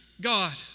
God